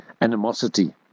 animosity